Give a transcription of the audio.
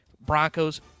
Broncos